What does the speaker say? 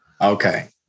Okay